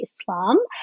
Islam